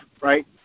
right